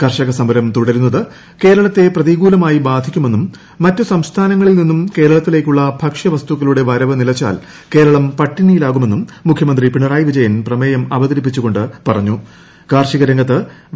കർഷക സമരം തുടരുന്നത് കേരളത്തെ പ്രതികൂലമായി ബാധിക്കുമെന്നും മറ്റു സംസ്ഥാനങ്ങളിൽ നിന്ന് കേരളത്തിലേക്കുള്ള ഭക്ഷ്യ വസ്തുക്കളുടെ വരവ് നിലച്ചാൽ കേരളം പട്ടിണിയിലാകുമെന്നും മുഖ്യമന്ത്രി പിണറായി വിജയൻ പ്രമേയം അവതരിപ്പിച്ചു കൊണ്ട് കാർഷിക രംഗത്ത് പറഞ്ഞു